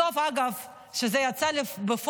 בסוף, אגב, כשזה יצא לפועל,